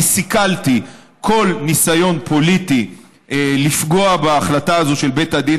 אני סיכלתי כל ניסיון פוליטי לפגוע בהחלטה הזו של בית הדין